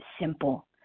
simple